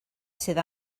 sydd